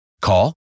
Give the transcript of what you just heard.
Call